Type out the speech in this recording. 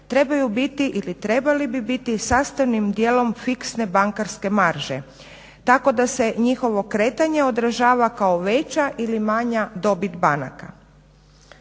trebaju biti ili trebali bi biti sastavnim dijelom fiksne bankarske marže tako da se njihovo kretanje odražava kao veća ili manja dobit banaka.